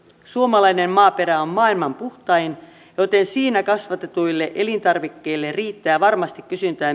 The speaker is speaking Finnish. suomalainen maaperä on maailman puhtain joten siinä kasvatetuille elintarvikkeille riittää varmasti kysyntää